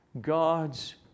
God's